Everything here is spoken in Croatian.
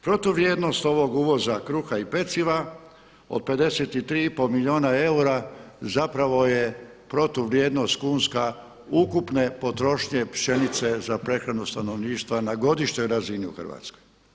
Protuvrijednost ovog uvoza kruha i peciva od 53,5 milijuna eura zapravo je protuvrijednost kunska ukupne potrošnje pšenice za prehranu stanovništva na godišnjoj razini u Hrvatskoj.